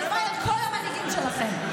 הלוואי על כל המנהיגים שלכם.